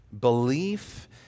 belief